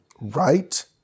right